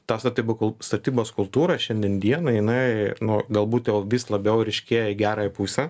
ta statybų statybos kultūra šiandien dieną jinai nu galbūt jau vis labiau ryškėja į gerąją pusę